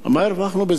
מה הרווחנו בזה?